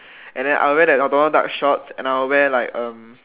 and then I will wear that Donald duck shorts and then I will wear like um